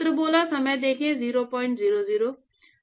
वो क्या है